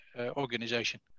organization